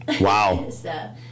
wow